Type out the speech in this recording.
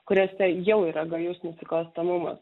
kuriose jau yra gajus nusikalstamumas